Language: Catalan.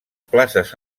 places